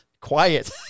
quiet